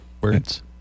Words